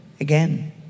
Again